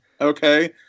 Okay